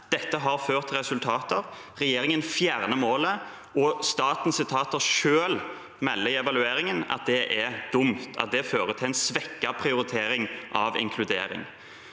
Dette har ført til resultater. Regjeringen fjerner målet, og statens etater melder selv i evalueringen at det er dumt, og at det fører til en svekket prioritering av inkludering.